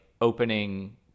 opening